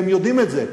והם יודעים את זה,